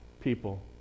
people